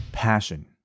passion